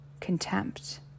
contempt